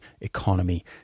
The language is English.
economy